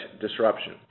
disruption